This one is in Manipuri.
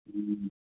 ꯎꯝ